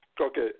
Okay